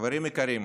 חברים יקרים,